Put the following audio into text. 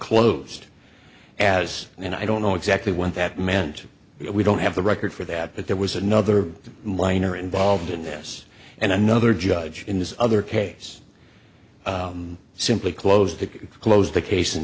closed as you know i don't know exactly what that meant we don't have the record for that but there was another minor involved in this and another judge in this other case simply closed it closed the case